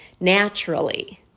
naturally